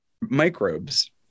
microbes